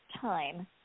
time